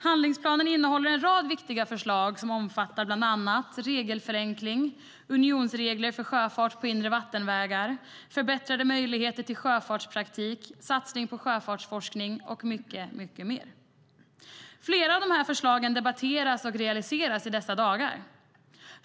Handlingsplanen innehåller en rad viktiga förslag som bland annat omfattar regelförenklingar, unionsregler för sjöfart på inre vattenvägar, förbättrade möjligheter till sjöfartspraktik, satsningar på sjöfartsforskning och mycket mer. Flera av dessa förslag debatteras och realiseras i dessa dagar.